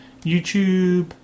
YouTube